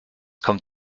kommt